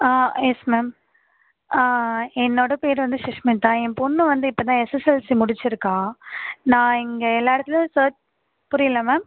ஆ yes ma'am ஆ என்னோடய பேர் வந்து சுஷ்மிதா என் பொண்ணு வந்து இப்போதான் எஸ்எஸ்எல்சி முடிச்சுருக்கா நான் இங்கே எல்லா இடத்துலையும் சர்ச் புரியல மேம்